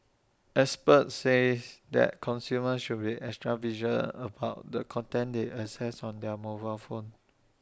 experts says that consumers should be extra vigilant about the content they access on their mobile phone